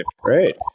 Great